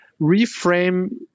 reframe